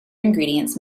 ingredients